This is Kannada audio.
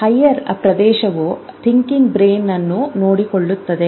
ಹೈಯರ್ ಪ್ರದೇಶವು ಥಿಂಕಿಂಗ್ ಬ್ರೈನ್ ಅನ್ನು ನೋಡಿಕೊಳ್ಳುತ್ತದೆ